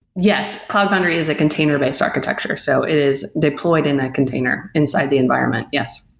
yes. cloud foundry is a container-based architecture. so it is deployed in a container inside the environment. yes.